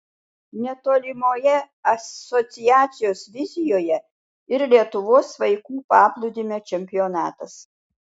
netolimoje asociacijos vizijoje ir lietuvos vaikų paplūdimio čempionatas